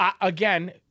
Again